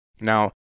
Now